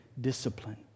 discipline